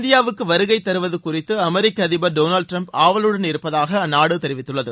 இந்தியாவுக்கு வருகை தருவது குறித்து அமெரிக்க அதிபர் டொனால்டு டிரம்ப் ஆவலுடன் இருப்பதாக அந்நாடு தெரிவித்துள்ளது